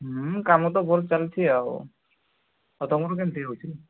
ହୁଁ କାମ ତ ଭଲ ଚାଲିଛି ଆଉ ଆଉ ତମର କେମିତି ହେଉଛି